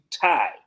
tie